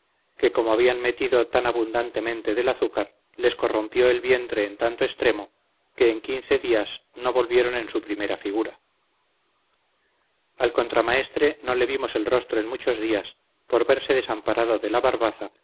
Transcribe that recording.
que como habían metido tan abundantemente del azúcar les corrompió el vientre en tanto extremo que en quince días no volvieron en su primera figura al contramaestre no le vimos el rostro en muchos días por verse desamparado de la barbaza